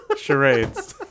Charades